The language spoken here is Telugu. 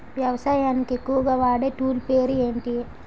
వ్యవసాయానికి ఎక్కువుగా వాడే టూల్ పేరు ఏంటి?